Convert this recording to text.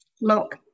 Look